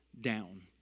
down